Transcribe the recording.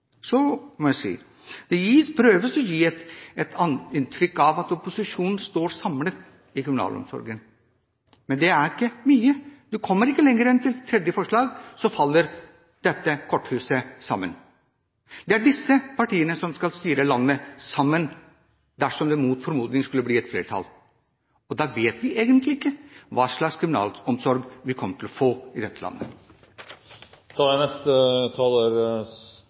Så må jeg si: Man prøver å gi et inntrykk av at opposisjonen står samlet når det gjelder kriminalomsorgen, men det er ikke mye. Du kommer ikke lenger enn til forslag nr. 3 før dette korthuset faller sammen. Det er disse partiene som skal styre landet sammen – dersom det mot formodning skulle bli et flertall – og da vet vi egentlig ikke hva slags kriminalomsorg vi kommer til å få i dette landet. Denne regjeringen er